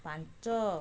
ପାଞ୍ଚ